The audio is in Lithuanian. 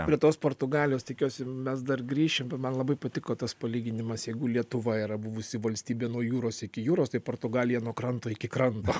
prie tos portugalijos tikiuosi mes dar grįšimbet man labai patiko tas palyginimas jeigu lietuva yra buvusi valstybė nuo jūros iki jūros tai portugalija nuo kranto iki kranto